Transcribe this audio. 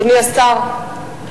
אדוני השר,